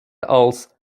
als